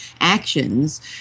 actions